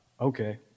Okay